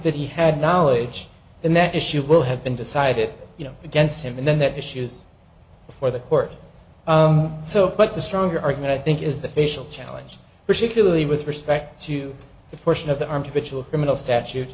that he had knowledge then that issue will have been decided you know against him and then that issues before the court so but the stronger argument i think is the facial challenge particularly with respect to the portion of the army ritual criminal statute